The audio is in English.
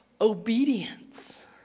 obedience